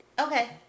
Okay